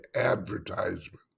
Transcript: advertisement